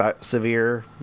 severe